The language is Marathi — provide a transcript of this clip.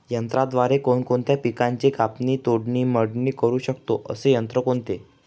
यंत्राद्वारे कोणकोणत्या पिकांची कापणी, तोडणी, मळणी करु शकतो, असे यंत्र कोणते?